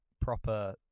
proper